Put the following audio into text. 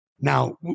Now